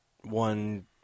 one